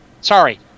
Sorry